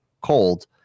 cold